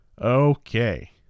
Okay